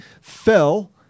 fell